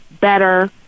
better